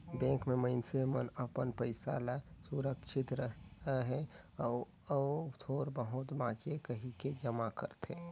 bank में मइनसे मन अपन पइसा ल सुरक्छित रहें अउ अउ थोर बहुत बांचे कहिके जमा करथे